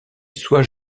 soit